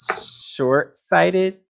short-sighted